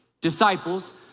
disciples